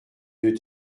deux